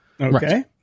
okay